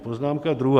Poznámka druhá.